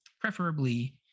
preferably